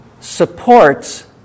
supports